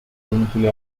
domicilié